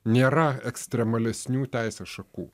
nėra ekstremalesnių teisės šakų